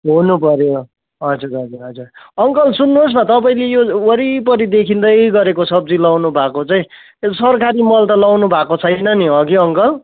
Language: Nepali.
हुनुपऱ्यो हजुर हजुर हजुर अङ्कल सुन्नुहोस् न तपाईँले यो वरिपरि देखिँदै गरेको सब्जी लाउनु भएको चाहिँ सरकारी मल त लाउनु भएको छैन नि हगि अङ्कल